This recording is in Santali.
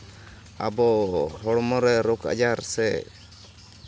ᱟᱵᱚ ᱦᱚᱲᱢᱚ ᱨᱮ ᱨᱳᱜᱽᱼᱟᱡᱟᱨ ᱥᱮ